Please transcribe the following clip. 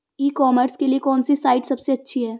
ई commerce के लिए कौनसी साइट सबसे अच्छी है?